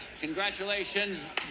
congratulations